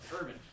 Urban